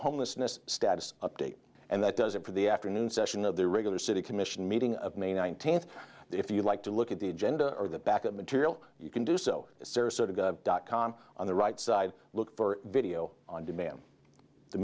homelessness status update and that does it for the afternoon session of the regular city commission meeting of may nineteenth if you like to look at the agenda or the backup material you can do so dot com on the right side look for video on demand the